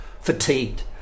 fatigued